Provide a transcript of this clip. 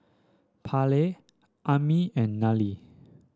Parley Aimee and Nallely